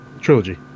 Trilogy